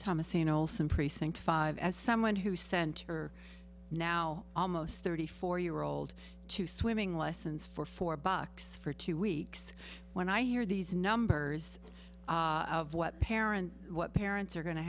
thomason olsen precinct five as someone who center now almost thirty four year old to swimming lessons for four bucks for two weeks when i hear these numbers of what parent what parents are going to